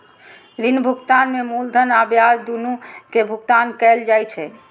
ऋण भुगतान में मूलधन आ ब्याज, दुनू के भुगतान कैल जाइ छै